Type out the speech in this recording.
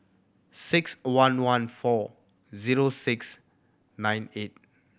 six one one four zero six nine eight